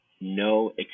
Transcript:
no